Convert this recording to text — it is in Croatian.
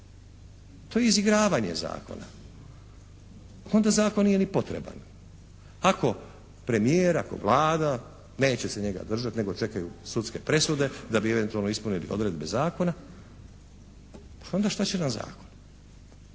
To je izigravanje zakona. Onda zakon nije ni potreban. Ako premijer, ako Vlada neće se njega držati nego čekaju sudske presude da bi eventualno ispunili odredbe zakona, pa onda šta će nam zakon.